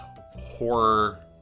horror